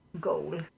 goal